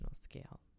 scale